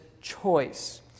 choice